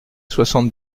soixante